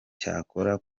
cyakora